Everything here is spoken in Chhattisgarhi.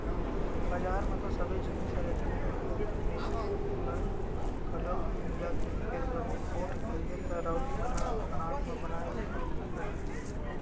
बजार म तो सबे जिनिस ह रेडिमेंट मिलत हे नोई घलोक मिलत हे फेर बने पोठ कहिबे त राउत मन ह अपन हात म बनाए रहिथे उही ह रहिथे